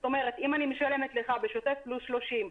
זאת אומרת אם אני משלמת לך בשוטף פלוס 30,